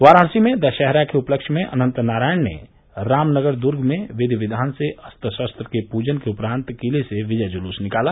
वाराणसी में दशहरा के उपलक्ष्य में अनंत नारायण ने रामनगर दुर्ग में विधी क्विान से अस्त्र शस्त्र के पूजन के उपरांत किले से विजय जुलूस निकाला